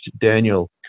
Daniel